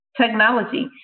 technology